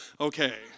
okay